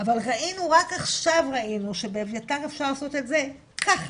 אבל ראינו רק עכשיו ראינו שבאביתר אפשר לעשות את זה ככה,